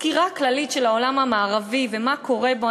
סקירה כללית של העולם המערבי ומה שקורה בו,